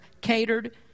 catered